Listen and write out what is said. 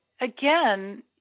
again